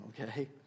okay